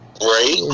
right